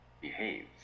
behaves